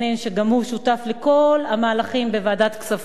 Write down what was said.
שגם הוא שותף לכל המהלכים בוועדת הכספים.